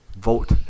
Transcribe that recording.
vote